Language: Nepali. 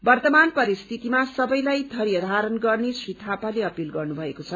वर्तमान परिस्थितिमा सबैलाई धौर्य धारण गर्ने श्री थापाले अपील गर्नुमएको छ